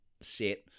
set